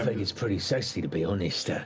think it's pretty sexy to be honest.